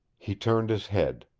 he turned his head.